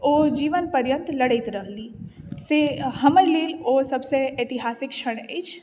ओ जीवनपर्यन्त लड़ैत रहली से हमर लेल ओ सभसँ ऐतिहासिक क्षण अछि